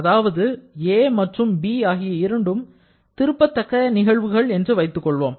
அதாவது 'a' மற்றும் 'b' ஆகிய இரண்டும் திருப்பத்தக்க நிகழ்வுகள் என்று வைத்துக்கொள்வோம்